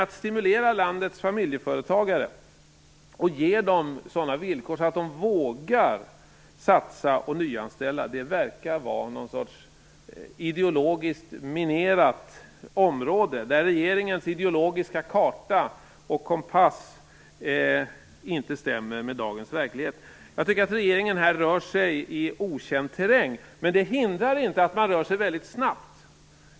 Att stimulera landets familjeföretagare och ge dem sådana villkor att de vågar satsa och nyanställa verkar vara något slags ideologiskt minerat område där regeringens ideologiska karta och kompass inte stämmer med dagens verklighet. Jag tycker att regeringen här rör sig i okänd terräng, men det hindrar inte att man rör sig väldigt snabbt.